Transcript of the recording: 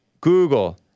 Google